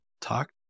talk